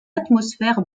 atmosphère